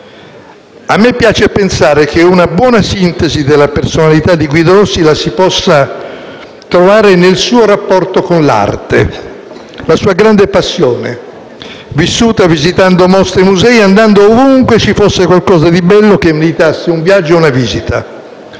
A me piace pensare che una buona sintesi della personalità di Guido Rossi la si possa trovare nel suo rapporto con l'arte, la sua grande passione vissuta visitando mostre e musei, andando ovunque ci fosse qualcosa di bello che meritasse un viaggio o una visita.